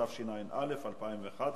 התשע"א 2011,